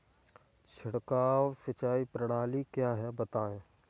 छिड़काव सिंचाई प्रणाली क्या है बताएँ?